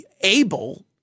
able